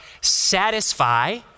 satisfy